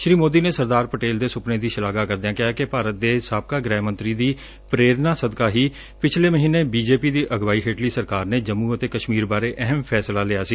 ਸ੍ਰੀ ਮੋਦੀ ਨੇ ਸਰਦਾਰ ਪਟੇਲ ਦੇ ਸੁਪਨੇ ਦੀ ਸ਼ਲਾਘਾ ਕਰਦਿਆਂ ਕਿਹਾ ਕਿ ਭਾਰਤ ਦੇ ਸਾਬਕਾ ਗ੍ਰਹਿ ਮੰਤਰੀ ਦੀ ਪ੍ਰੇਰਣਾ ਸਦਕਾ ਹੀ ਪਿਛਲੇ ਮਹੀਨੇ ਬੀਜੇਪੀ ਦੀ ਅਗਵਾਈ ਹੇਠਲੀ ਸਰਕਾਰ ਨੇ ਜੰਮੁ ਅਤੇ ਕਸ਼ਮੀਰ ਬਾਰੇ ਅਹਿਮ ਫੈਸਲਾ ਲਿਆ ਸੀ